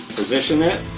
position it,